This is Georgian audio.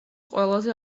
ყველაზე